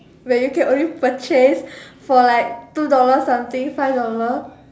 where you can only purchase for like two dollar something five dollar